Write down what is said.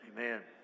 Amen